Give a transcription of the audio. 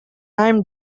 time